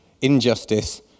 injustice